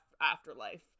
afterlife